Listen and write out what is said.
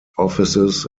offices